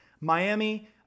Miami